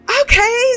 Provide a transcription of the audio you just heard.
okay